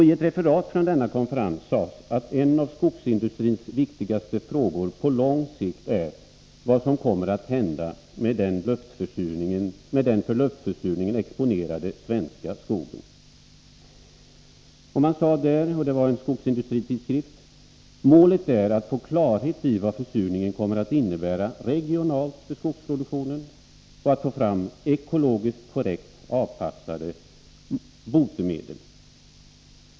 I ett referat från denna konferens —i en skogsindustritidskrift — sades att en av skogsindustrins viktigaste frågor på lång sikt är vad som kommer att hända med den för luftförsurningen exponerade svenska skogen. Man sade att målet är att få klarhet i vad försurningen kommer att innebära regionalt för skogsproduktionen och att få fram ekologiskt korrekt avpassade botemedel.